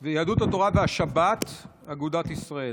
זה יהדות התורה והשבת, אגודת ישראל.